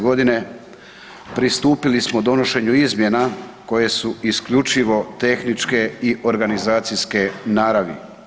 G. pristupili smo donošenju izmjena koja su isključivo tehničke i organizacijske naravi.